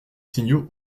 signaux